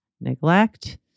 neglect